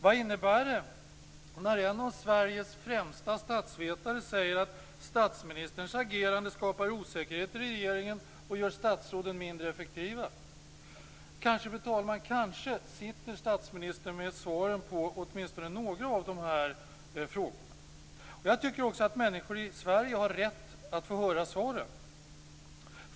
Vad innebär det när en av Sveriges främsta statsvetare säger att statsministerns agerande skapar osäkerhet i regeringen och gör statsråden mindre effektiva? Kanske, fru talman, sitter statsministern med svaren på åtminstone några av de här frågorna. Jag tycker också att människor i Sverige har rätt att få höra svaren.